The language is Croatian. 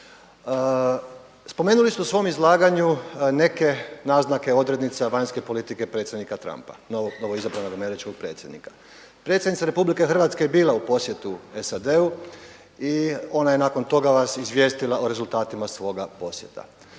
Spomenuli ste u svom izlaganju neke naznake odrednica vanjske politike predsjednika Trumpa, novoizabranog američkog predsjednika. Predsjednica RH je bila u posjetu SAD-u i ona vas je nakon toga izvijestila o rezultatima svoga posjeta.